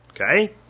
Okay